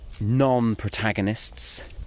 non-protagonists